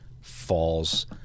falls